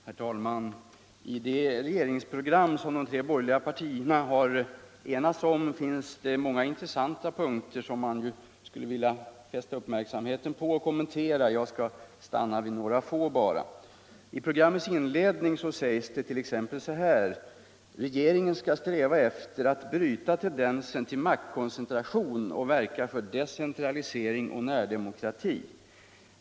Herr talman! I det regeringsprogram som de tre borgerliga partierna har enats om finns många intressanta punkter som man skulle vilja fästa uppmärksamheten på och kommentera. Jag skall stanna vid några få. I programmets inledning sägs det att regeringen ”skall sträva efter att bryta tendenser till maktkoncentration och verka för decentralisering och närdemokrati”.